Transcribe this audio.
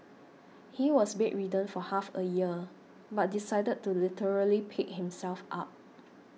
he was bedridden for half a year but decided to literally pick himself up